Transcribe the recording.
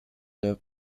der